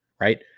right